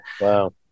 Wow